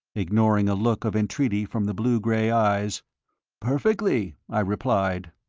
ignoring a look of entreaty from the blue-gray eyes perfectly, i replied.